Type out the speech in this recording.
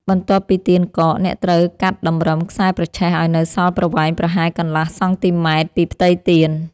បន្ទាប់ពីទៀនកក អ្នកត្រូវកាត់តម្រឹមខ្សែប្រឆេះឱ្យនៅសល់ប្រវែងប្រហែលកន្លះសង់ទីម៉ែត្រពីផ្ទៃទៀន។